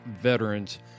veterans